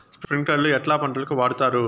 స్ప్రింక్లర్లు ఎట్లా పంటలకు వాడుతారు?